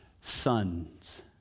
sons